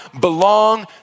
belong